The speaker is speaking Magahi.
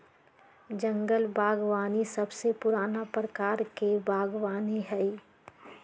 जंगल बागवानी सबसे पुराना प्रकार के बागवानी हई